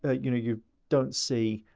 ah you know you don't see